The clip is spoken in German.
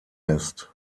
lässt